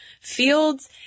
fields